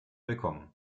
willkommen